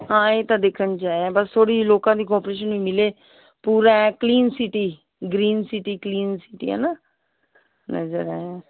ਹਾਂ ਇਹ ਤਾਂ ਦੇਖਣ 'ਚ ਆਇਆ ਬਸ ਥੋੜ੍ਹੀ ਜਿਹੀ ਲੋਕਾਂ ਦੀ ਕਓਪਰੇਸ਼ਨ ਮਿਲੇ ਪੂਰਾ ਐਂ clean city green city clean city ਹੈ ਨਾ ਨਜ਼ਰ ਆਇਆ